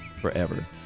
forever